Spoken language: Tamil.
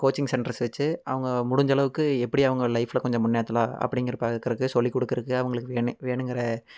கோச்சிங் சென்ட்ரஸ் வச்சு அவங்க முடிஞ்ச அளவுக்கு எப்படி அவங்க லைஃப்பில் கொஞ்சம் முன்னேத்தலாம் அப்படிங்கிறத பார்க்கறக்கு சொல்லிக் கொடுக்கறக்கு அவங்களுக்கு வேணும் வேணுங்கிற